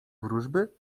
wróżby